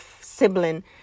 sibling